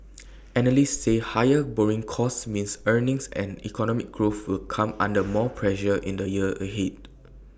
analysts say higher borrowing costs mean earnings and economic growth will come under more pressure in the year ahead